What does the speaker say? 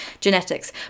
genetics